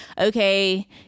okay